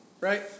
right